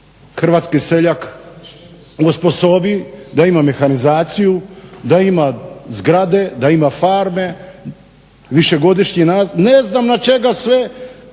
hrvatski seljak osposobi da ima mehanizaciju, da ima zgrade, da ima farme. Ne znam na čega sve